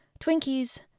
Twinkies